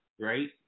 right